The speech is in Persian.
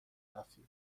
رفیق